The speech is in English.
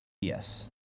yes